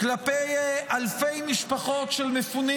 כלפי אלפי משפחות של מפונים.